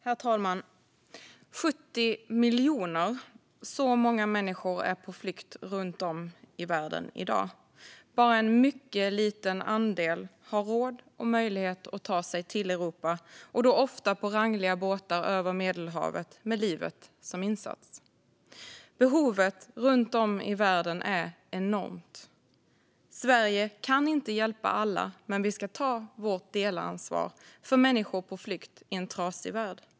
Herr talman! 70 miljoner. Så många människor är på flykt runt om i världen i dag. Bara en mycket liten andel av dem har råd och möjlighet att ta sig till Europa, ofta på rangliga båtar över Medelhavet och med livet som insats. Behovet runt om i världen är enormt. Sverige kan inte hjälpa alla. Men vi ska ta vårt delansvar för människor på flykt i en trasig värld.